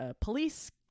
police